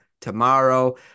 tomorrow